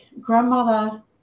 grandmother